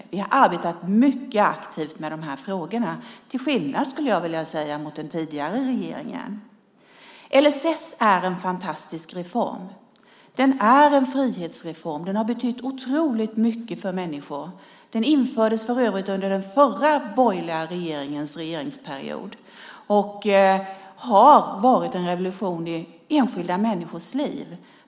Vi har arbetat mycket aktivt med de här frågorna, till skillnad, skulle jag vilja säga, från den tidigare regeringen. LSS är en fantastisk reform. Den är en frihetsreform, och det har betytt otroligt mycket för människor. Den infördes för övrigt under den förra borgerliga regeringen och har varit en revolution i enskilda människors liv.